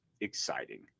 exciting